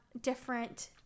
different